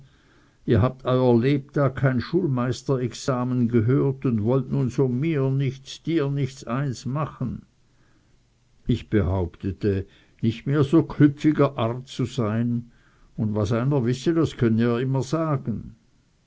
ihr habt euer lebtag kein schulmeisterexamen gehört und wollt nun so mir nichts dir nichts eins machen ich behauptete nicht mehr so klüpfiger art zu sein und was einer wisse das könne er auch sagen